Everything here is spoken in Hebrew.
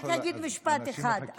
אני רק אגיד משפט אחד.